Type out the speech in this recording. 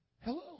Hello